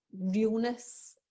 realness